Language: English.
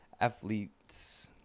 athletes